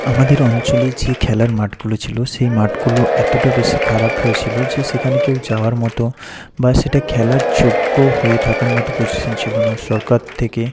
আমাদের অঞ্চলে যে খেলার মাঠগুলো ছিলো সেই মাঠগুলো এতটা বেশি খারাপ হয়েছিলো যে সেখানে কেউ যাওয়ার মতো বা সেটা খেলার যোগ্য হয়ে থাকার মতো পজিশন ছিলো না সরকার থেকে